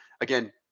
again